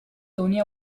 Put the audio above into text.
tony